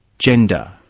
gender,